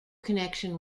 connection